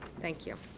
thank you.